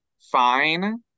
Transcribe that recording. fine